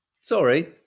Sorry